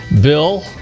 Bill